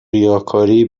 ریاکاری